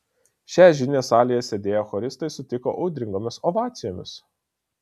šią žinią salėje sėdėję choristai sutiko audringomis ovacijomis